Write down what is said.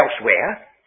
elsewhere